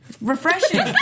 refreshing